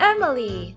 Emily